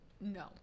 No